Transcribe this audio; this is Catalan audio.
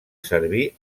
serví